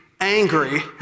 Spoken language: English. angry